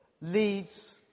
leads